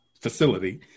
facility